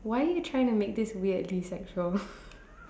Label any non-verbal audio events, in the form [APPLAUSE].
why you trying to make this weirdly sexual [LAUGHS]